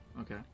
Okay